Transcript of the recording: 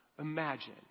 imagine